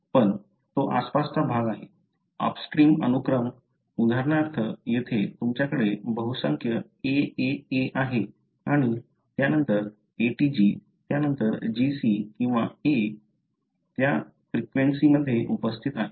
पण तो आसपासचा भाग आहे अपस्ट्रीम अनुक्रम उदाहरणार्थ येथे तुमच्याकडे बहुसंख्य AAA आहे आणि त्यानंतर ATG त्यानंतर GC किंवा A त्या फ्रिक्वेन्सीमध्ये उपस्थित आहेत